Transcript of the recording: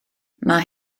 mae